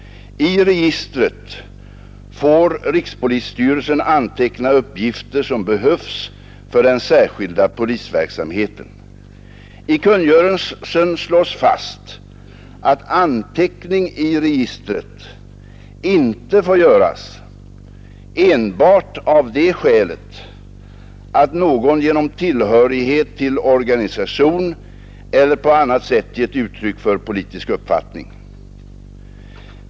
I registret får rikspolisstyrelsen anteckna uppgifter som behövs för den särskilda polisverksamheten. I kungörelsen slås fast att anteckning i registret inte får göras enbart av det skälet att någon genom tillhörighet till organisation eller på annat sätt gett uttryck för politisk uppfattning.